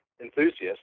enthusiasts